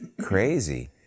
crazy